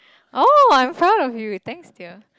oh I'm proud of you thanks dear